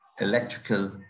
electrical